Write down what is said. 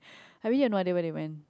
I really have no idea where they went